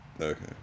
Okay